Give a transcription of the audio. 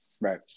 Right